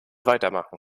weitermachen